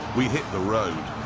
we hit the road.